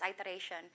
iteration